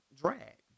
drag